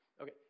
Okay